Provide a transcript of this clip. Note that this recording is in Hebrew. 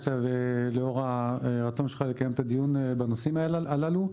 שביקשת לאור הרצון שלך לקיים את הדיון בנושאים הללו.